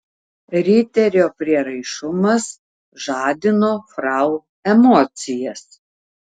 riterio prieraišumas žadino frau emocijas